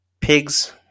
pigs